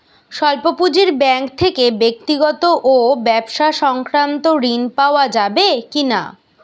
স্বল্প পুঁজির ব্যাঙ্ক থেকে ব্যক্তিগত ও ব্যবসা সংক্রান্ত ঋণ পাওয়া যাবে কিনা?